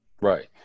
Right